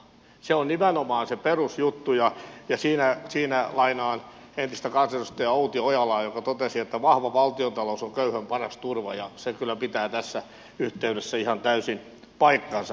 se on nimenomaan se perusjuttu ja siinä lainaan entistä kansanedustaja outi ojalaa joka totesi että vahva valtiontalous on köyhän paras turva ja se kyllä pitää tässä yhteydessä ihan täysin paikkansa